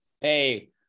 Hey